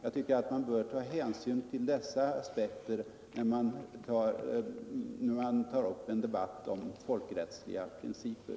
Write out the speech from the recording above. Jag tycker att man bör ta hänsyn till dessa aspekter när man tar upp en debatt om folkrättsprinciper.